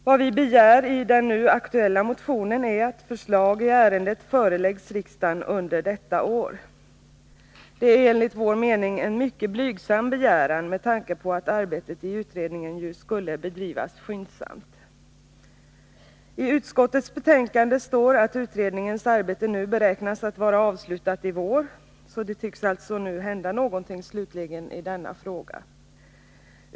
Vad vi begär i den nu aktuella motionen är att förslag i ärendet föreläggs riksdagen under detta år. Det är enligt vår mening en mycket blygsam begäran, med tanke på att arbetet i utredningen skulle bedrivas skyndsamt. I utskottets betänkande står det att utredningens arbete nu beräknas vara avslutat i vår. Det tycks alltså slutligen hända någonting i denna fråga.